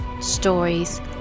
stories